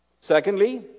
Secondly